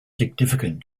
significant